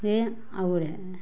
हे आवड आहे